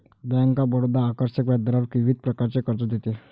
bank of Baroda आकर्षक व्याजदरावर विविध प्रकारचे कर्ज देते